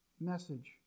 message